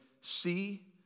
See